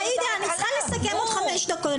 עאידה, אני צריכה לסכם עוד חמש דקות.